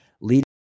leading